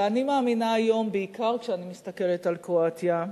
ואני מאמינה היום, בעיקר כשאני מסתכלת על קרואטיה,